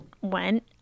went